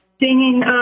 Singing